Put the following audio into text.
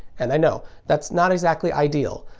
and i know, that's not exactly ideal,